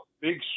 big